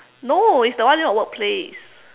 no it's the one near your workplace